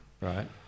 right